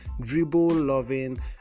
dribble-loving